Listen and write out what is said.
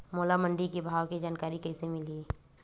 मोला मंडी के भाव के जानकारी कइसे मिलही?